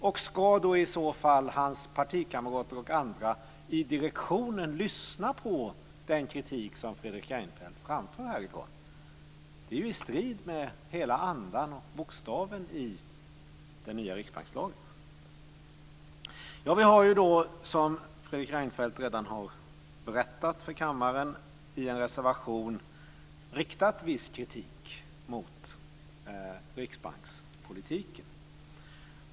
Och ska i så fall hans partikamrater och andra i direktionen lyssna på den kritik som Fredrik Reinfeldt framför härifrån? Det är ju i strid med hela andan och bokstaven i den nya riksbankslagen. Vi har ju, som Fredrik Reinfeldt redan har berättat för kammaren, i en reservation riktat viss kritik mot riksbankspolitiken.